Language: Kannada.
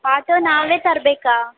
ಆಟೋ ನಾವೇ ತರಬೇಕಾ